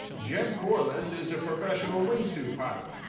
jeb corliss is a professional wingsuit pilot.